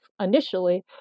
initially